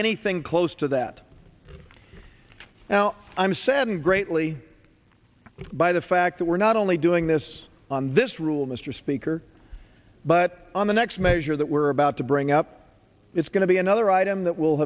anything close to that now i'm saddened greatly by the fact that we're not only doing this on this rule mr speaker but on the next measure that we're about to bring up it's going to be another item that will